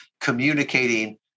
Communicating